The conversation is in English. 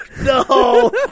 no